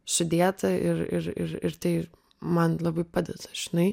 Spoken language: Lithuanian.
sudėta ir ir ir ir tai man labai padeda žinai